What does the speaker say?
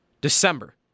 December